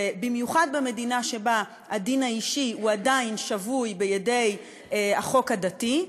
במיוחד במדינה שבה הדין האישי עדיין שבוי בידי החוק הדתי,